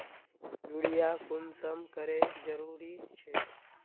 Urea कुंसम करे जरूरी छै?